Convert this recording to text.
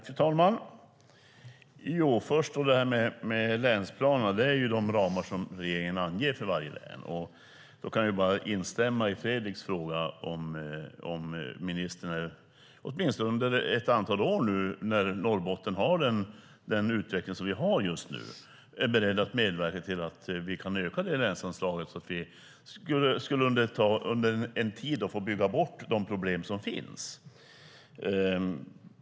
Fru talman! Först gäller det länsplanerna. Det är de ramar som regeringen anger för varje län. Jag kan instämma i Fredrik Lundh Sammelis fråga om ministern åtminstone under ett antal år när vi i Norrbotten har den utveckling som vi just nu har är beredd att medverka till att vi kan öka länsanslaget så att vi under en tid kunde bygga bort de problem som finns.